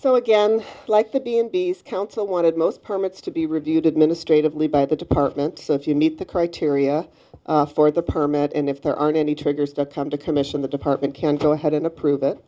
so again like the b and b s council wanted most permits to be reviewed administratively by the department so if you meet the criteria for the permit and if there aren't any triggers that come to commission the department can go ahead and approve